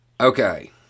Okay